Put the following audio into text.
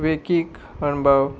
वेकीक अणभव